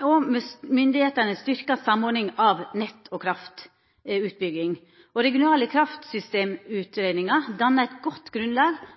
òg at myndigheitene styrkar samordninga av nett- og kraftutbygging. Regionale kraftsystemutgreiingar dannar eit godt grunnlag